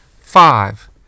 Five